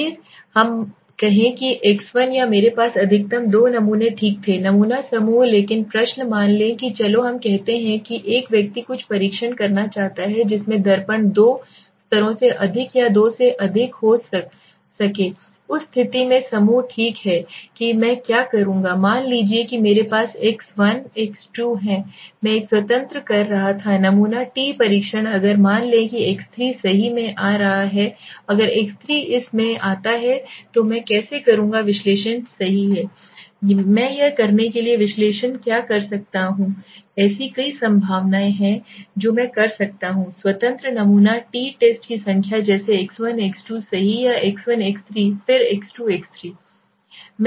आइए हम कहें कि X1 या मेरे पास अधिकतम दो नमूने ठीक थे नमूना समूह लेकिन प्रश्न मान लें कि चलो हम कहते हैं कि एक व्यक्ति कुछ परीक्षण करना चाहता है जिसमें दर्पण दो स्तरों से अधिक या दो से अधिक हो उस स्थिति में समूह ठीक है कि मैं क्या करूँगा मान लीजिए कि मेरे पास एक्स 1 एक्स 2 है मैं एक स्वतंत्र कर रहा था नमूना टी परीक्षण अगर मान लें कि x3 सही में आ रहा है अगर x3 इस में आता है तो मैं कैसे करूंगा विश्लेषण सही है मैं यह करने के लिए विश्लेषण क्या कर सकता हूं ऐसी कई संभावनाएं हैं जो मैं कर सकता हूं स्वतंत्र नमूना t टेस्ट की संख्या जैसे X1 x2 सही या X1 x3 फिर x2 x3